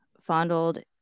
fondled